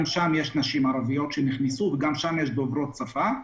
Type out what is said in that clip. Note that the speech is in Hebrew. גם שם יש נשים ערביות שנכנסו וגם שם יש דוברות שפה.